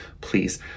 please